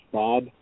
bob